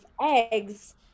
eggs